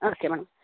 okay madam